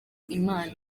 imana